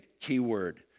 keyword